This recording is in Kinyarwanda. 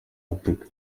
afurika